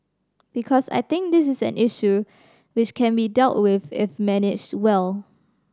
because I think this is an issue which can be dealt with if managed well